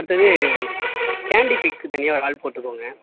அடுத்தது கேன்டிட் பிக்கு தனியாக ஆள் போட்டுக்கோங்க